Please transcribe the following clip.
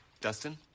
dustin